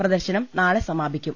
പ്രദർശനം നാളെ സമാപിക്കും